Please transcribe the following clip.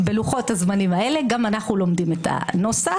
בלוחות-הזמנים האלה גם אנחנו לומדים את הנוסח,